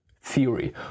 theory